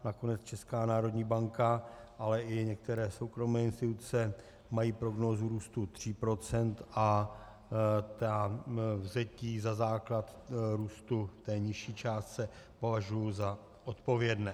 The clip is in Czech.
Nakonec Česká národní banka, ale i některé soukromé instituce mají prognózu růstu 3 % a vzetí za základ růstu v té nižší částce považuji za odpovědné.